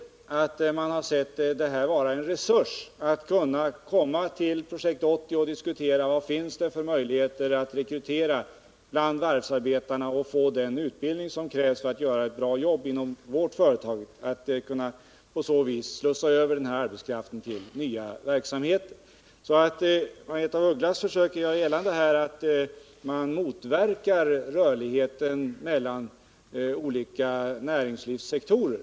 Vi vet att man sett det som en resurs att kunna komma till Projekt 80 och diskutera vilka möjligheter det finns att rekrytera bland varvsarbetarna och ge dem den utbildning som krävs för att de skall kunna göra ett bra jobb i det aktuella företaget. På det sättet kan man alltså slussa över arbetskraften till nya verksamheter. Margaretha af Ugglas försökte göra gällande att man genom Projekt 80 motverkar rörligheten mellan olika näringslivssektorer.